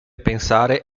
pensare